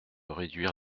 réduire